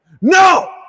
No